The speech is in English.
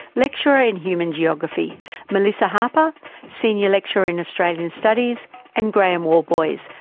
lecturer in human geography melissa harper senior lecturer in australian studies and graeme worboys,